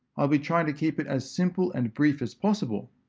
i'll be trying to keep it as simple and brief as possible.